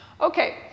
Okay